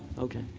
okay.